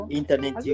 internet